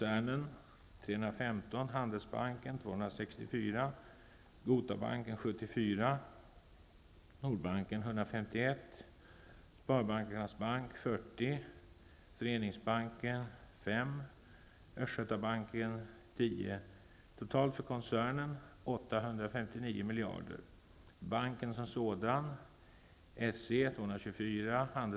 Enda tänkbara motiv för statligt ingripande: Att upprätthålla förtroendet för det svenska finansiella systemet!